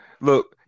Look